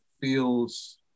feels